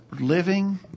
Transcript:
living